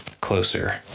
closer